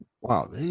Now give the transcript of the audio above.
wow